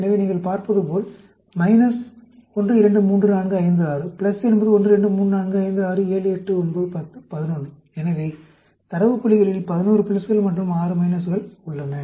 எனவே நீங்கள் பார்ப்பதுபோல் மைனஸ் 1 2 3 4 5 6 பிளஸ் என்பது 1 2 3 4 5 6 7 8 9 10 11 எனவே 17 தரவு புள்ளிகளில் 11 பிளஸ்கள் மற்றும் 6 மைனஸ்கள் உள்ளன